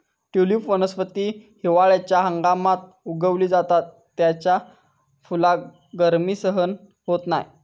tulip वनस्पती हिवाळ्याच्या हंगामात उगवली जाता त्याच्या फुलाक गर्मी सहन होत नाय